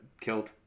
killed